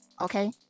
Okay